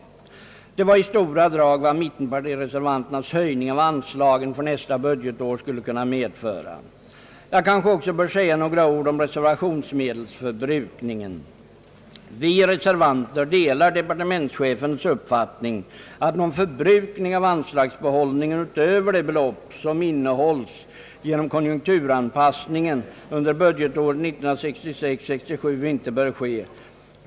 Detta var i stora drag vad mittenpartireservanternas höjning av anslagen för nästa budgetår skulle kunna medföra. Jag kanske också bör säga några ord om = reservationsmedelsförbrukningen. Vi reservanter delar departementschefens uppfattning att någon förbrukning av anslagsbehållningen utöver det belopp, som innehålls genom konjunkturanpassningen under budgetåret 1966/67, inte bör ske.